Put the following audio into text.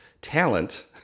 talent